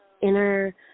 inner